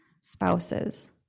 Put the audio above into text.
spouses